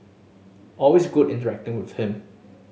always good interacting with him